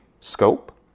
Scope